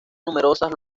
numerosas